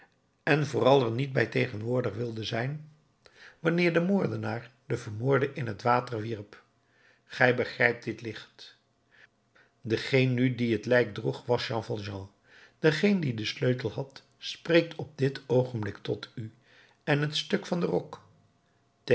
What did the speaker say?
en vooral er niet bij tegenwoordig wilde zijn wanneer de moordenaar den vermoorde in het water wierp gij begrijpt dit licht degeen nu die het lijk droeg was jean valjean degeen die den sleutel had spreekt op dit oogenblik tot u en het stuk van den rok